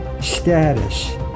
status